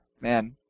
man